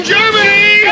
Germany